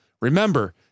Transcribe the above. Remember